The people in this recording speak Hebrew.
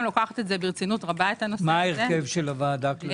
מה ההרכב של הוועדה?